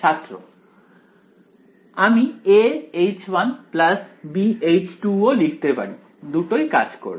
ছাত্র আমি aH1 bH2 ও লিখতে পারি দুটোই কাজ করবে